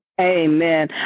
Amen